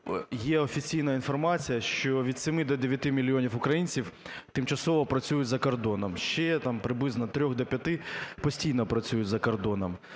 є офіційна інформація, що від 7 до 9 мільйонів українців тимчасово працюють за кордоном, ще там приблизно з 3-х до 5-и постійно працюють за кордоном.